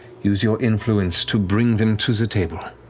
use your influence to bring them to the table,